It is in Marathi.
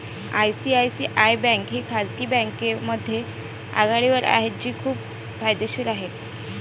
आय.सी.आय.सी.आय बँक ही खाजगी बँकांमध्ये आघाडीवर आहे जी खूप फायदेशीर आहे